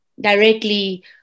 directly